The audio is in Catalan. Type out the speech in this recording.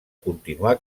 continuar